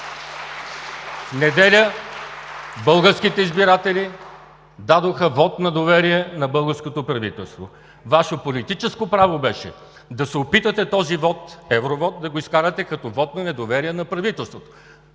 неделя българските избиратели дадоха вот на доверие на българското правителство. Ваше политическо право беше да се опитате този вот – евровот, да го изкарате като вот на недоверие на правителството: